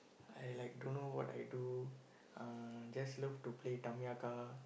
I like don't know what I do uh just love to play Tamiya car